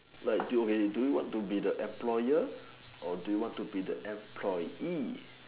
like okay do you want to be the employer or do you want to be the employee